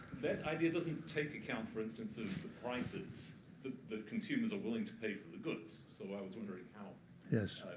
that idea doesn't take account, for instance, of the prices that the consumers are willing to pay for the goods. so i was wondering how that